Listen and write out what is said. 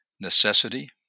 necessity